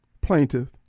plaintiff